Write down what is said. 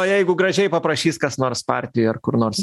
o jeigu gražiai paprašys kas nors partijoj ar kur nors